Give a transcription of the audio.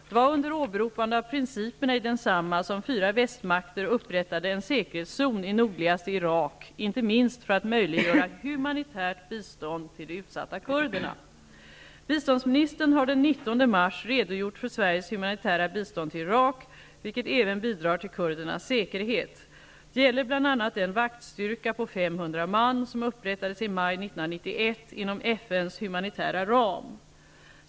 Det var under åberopande av principerna i densamma som fyra västmakter upprättade en säkerhetszon i nordligaste Irak, inte minst för att möjliggöra humanitärt bistånd till de utsatta kurderna. Biståndsministern har den 19 mars redogjort för Sveriges humanitära bistånd till Irak, vilket även bidrar till kurdernas säkerhet. Det gäller bl.a. den vaktstyrka på 500 man som upprättades i maj 1991 inom FN:s humanitära ram.